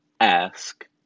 ask